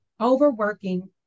overworking